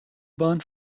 bahn